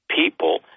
people